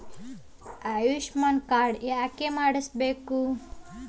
Ayushman card ಯಾಕೆ ಮಾಡಿಸಬೇಕು?